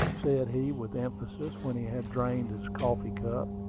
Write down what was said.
said he with emphasis, when he had drained his coffee-cup.